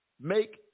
make